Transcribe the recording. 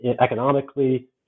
economically